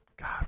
God